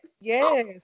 Yes